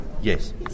Yes